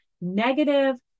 negative